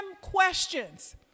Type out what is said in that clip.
questions